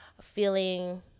feeling